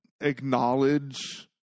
acknowledge